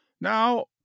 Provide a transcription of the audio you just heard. now